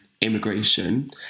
immigration